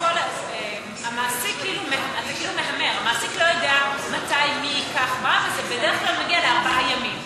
לפעמים המעסיק שלך ישלם את ה-50%,